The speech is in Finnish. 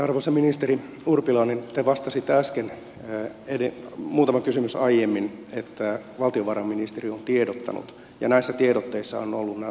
arvoisa ministeri urpilainen te vastasitte äsken muutama kysymys aiemmin että valtiovarainministeriö on tiedottanut ja näissä tiedotteissa ovat olleet nämä sopijaosapuolet